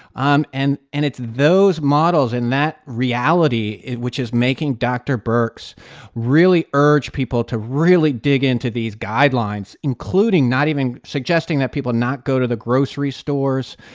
um and and it's those models and that reality which is making dr. birx really urge people to really dig into these guidelines, including not even suggesting that people not go to the grocery stores,